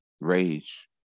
rage